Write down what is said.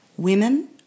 Women